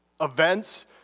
events